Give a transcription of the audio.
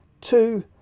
Two